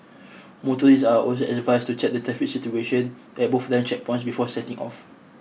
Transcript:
motorists are also advised to check the traffic situation at both land checkpoints before setting off